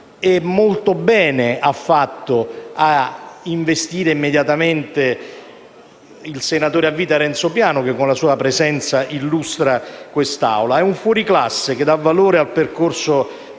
E molto bene ha fatto a investire immediatamente il senatore a vita Renzo Piano che, con la sua presenza illustra quest'Aula. È un fuoriclasse, che dà valore al percorso